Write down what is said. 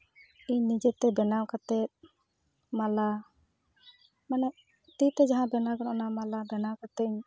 ᱤᱧ ᱱᱤᱡᱮ ᱛᱮ ᱵᱮᱱᱟᱣ ᱠᱟᱛᱮ ᱢᱟᱞᱟ ᱢᱟᱱᱮ ᱛᱤᱛᱮ ᱡᱟᱦᱟᱸ ᱵᱮᱱᱟᱣ ᱜᱟᱱᱚᱜ ᱚᱱᱟ ᱢᱟᱞᱟ ᱵᱮᱱᱟᱣ ᱠᱟᱛᱮ ᱤᱧ